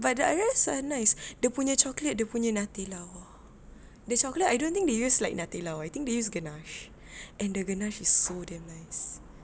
but the others are nice dia punya chocolate dia punya nutella !wah! the chocolate I don't think they use like nutella I think they use ganache and the ganache is so damn nice